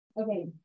Okay